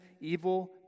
evil